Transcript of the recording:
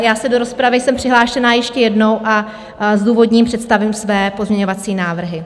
Jsem do rozpravy přihlášena ještě jednou a zdůvodním, představím své pozměňovací návrhy.